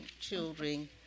children